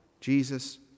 Jesus